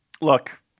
Look